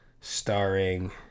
Starring